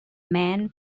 mann